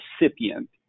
recipient